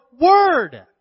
word